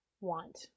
want